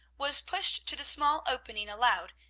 was pushed to the small opening allowed,